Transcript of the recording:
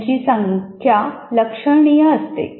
त्यांची संख्या लक्षणीय असते